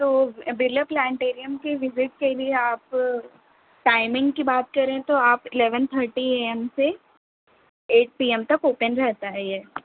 تو برلا پلانٹوریم کی وزٹ کے لیے آپ ٹائمنگ کی بات کریں تو آپ الیون تھرٹی اے ایم سے ایٹ پی ایم تک اوپن رہتا ہے یہ